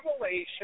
revelation